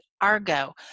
Argo